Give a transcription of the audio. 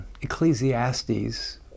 Ecclesiastes